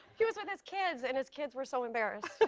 he was with his kids, and his kids were so embarrassed.